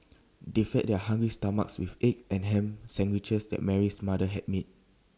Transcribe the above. they fed their hungry stomachs with egg and Ham Sandwiches that Mary's mother had made